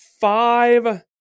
five